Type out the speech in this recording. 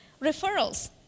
Referrals